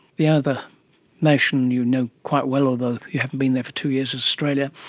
the other nation you know quite well, although you haven't been there for two years, is australia.